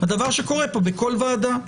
דבר שקורה פה בכל ועדה.